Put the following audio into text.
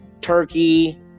Turkey